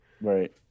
Right